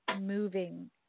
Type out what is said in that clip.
moving